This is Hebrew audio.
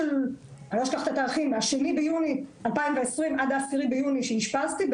ובתאריך ה-2 ביוני 2020 ועד ה-10 ביוני 2020 אושפזתי,